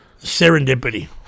serendipity